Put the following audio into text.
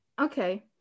okay